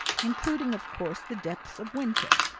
including of course the depth of winter,